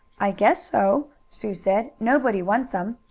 i guess so, sue said. nobody wants em.